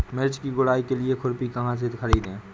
मिर्च की गुड़ाई के लिए खुरपी कहाँ से ख़रीदे?